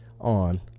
on